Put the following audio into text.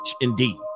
indeed